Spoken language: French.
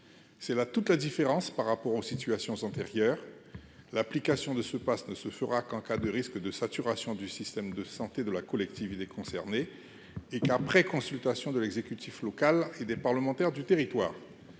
C'est là toute la différence par rapport aux situations antérieures. L'application de ce dispositif ne se fera qu'en cas de risque de saturation du système de santé de la collectivité concernée et qu'après consultation de l'exécutif local et des parlementaires du territoire.